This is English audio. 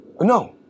No